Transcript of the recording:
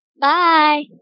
Bye